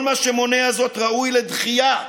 כל מה שמונע זאת ראוי לדחייה,